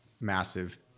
massive